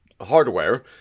hardware